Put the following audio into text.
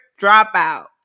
dropout